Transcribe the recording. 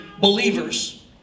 believers